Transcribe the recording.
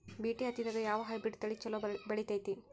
BT ಹತ್ತಿದಾಗ ಯಾವ hybrid ತಳಿ ಛಲೋ ಬೆಳಿತೈತಿ?